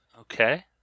Okay